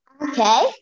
Okay